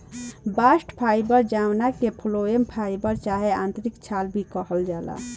bast fibre जवना के phloem fibre चाहे आंतरिक छाल भी कहल जाला